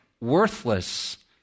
worthless